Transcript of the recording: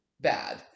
bad